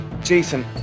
Jason